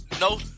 No